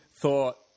thought